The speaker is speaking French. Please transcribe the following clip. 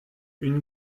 une